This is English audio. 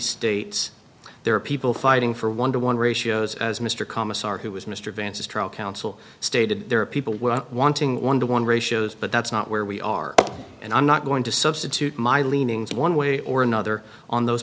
states there are people fighting for one to one ratios as mr commissar who was mr vance is trial counsel stated there are people wanting one to one ratios but that's not where we are and i'm not going to substitute my leanings one way or another on those